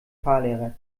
fahrlehrer